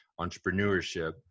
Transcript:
entrepreneurship